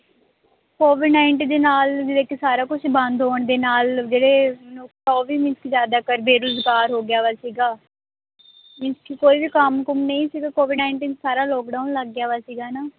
Covid nineteen ਦੇ ਨਾਲ ਜਿਵੇਂ ਕਿ ਸਾਰਾ ਕੁਝ ਬੰਦ ਹੋਣ ਦੇ ਨਾਲ ਜਿਹੜੇ ਉਹ ਵੀ ਮੀਨਜ਼ ਕਿ ਜ਼ਿਆਦਾ ਕਰ ਬੇਰੁਜ਼ਗਾਰ ਹੋ ਗਿਆ ਵਾ ਸੀਗਾ ਮੀਨਜ਼ ਕਿ ਕੋਈ ਵੀ ਕੰਮ ਕੁੰਮ ਨਹੀਂ ਸੀਗਾ ਕੋਵਿਡ ਨਾਈਨਟੀਨ ਸਾਰਾ ਲੋਕਡਾਊਨ ਲੱਗ ਗਿਆ ਵਾ ਸੀਗਾ ਨਾ